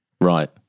Right